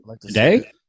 Today